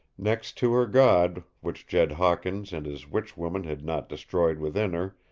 next to her god, which jed hawkins and his witch-woman had not destroyed within her,